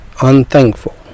unthankful